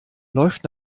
läuft